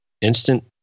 instant